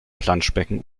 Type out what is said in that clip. planschbecken